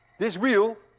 this wheel